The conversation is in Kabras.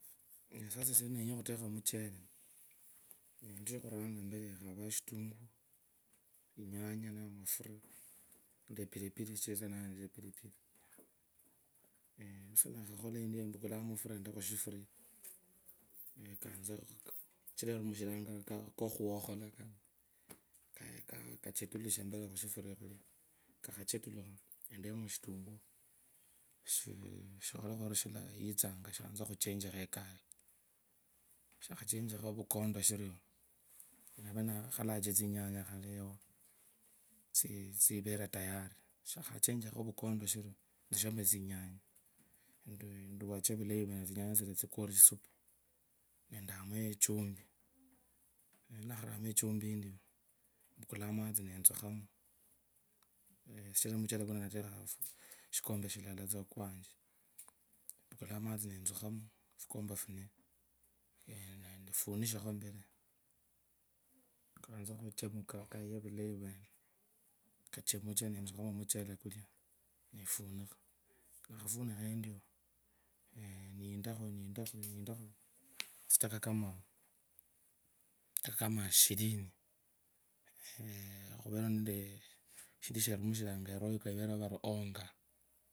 Sasa esie nenenya khutekha muchelee shindu shokhuranga mboree ekhavaa shitunguo ekaranje namafura nende epilipili sichira ndayanza epilipili ninakhakhola endu empukula mafura endee khushifuria kachetulushe vulai khushifuria khulio mikakhatetulikho endemo shitunguu shanje khuchenjikha ekalea. Nishakhachechisha vakondo shiru navanikholache khale tsinyanaya nirere yao tsivere toyara nutsiakhechinjikho mukondo tsirio, endemo tsinyanya enduwacha vulayi vwene tsinyanya tsitia tsikwee ori osupuu nendamo echumbi ninakharamo notsukhamo fukombe funee ofunishekho vulayi kwenee nikwakhanza khuchele kulia nee nindakho nindakhe nindakhoo tsidaka kamaa kama shirini eeeh khuvereeo nendee neshiramushiranga eroyeo ivereo vai ongoo.